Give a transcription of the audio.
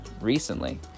recently